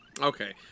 Okay